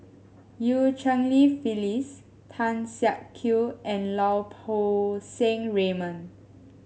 Eu Cheng Li Phyllis Tan Siak Kew and Lau Poo Seng Raymond